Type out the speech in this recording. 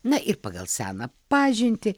na ir pagal seną pažintį